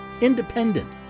Independent